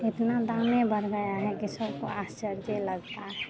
इतना दाम बढ़ गया है कि सबको आस्चर्जे लगता है